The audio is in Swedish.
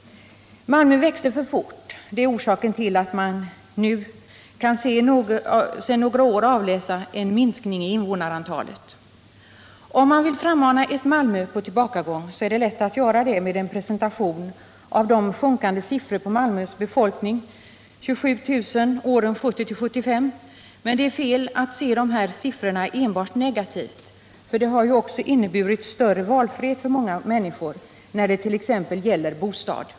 Malmö växte för fort. Det är orsaken till att man nu sedan några år kan avläsa en minskning i invånarantalet. Om man vill frammana ett Malmö på tillbakagång är det lätt att göra det med en presentation av de sjunkande siffrorna för Malmös folkmängd, 27 000 under åren 1970-1975, men det är fel att se dessa siffror enbart negativt. Befolkningsminskningen har också inneburit större valfrihet för många människor när det t.ex. gäller bostad.